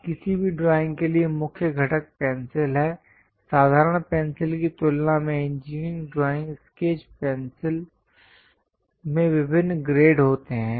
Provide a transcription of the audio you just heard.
अब किसी भी ड्राइंग के लिए मुख्य घटक पेंसिल है साधारण पेंसिल की तुलना में इंजीनियरिंग ड्राइंग स्केच पेंसिल में विभिन्न ग्रेड होते हैं